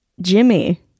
Jimmy